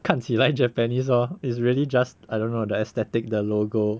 看起来 japanese lor is really just I don't know the aesthetic the logo